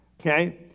Okay